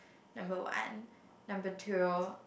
number one number two